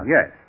Yes